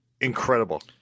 incredible